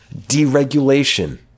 deregulation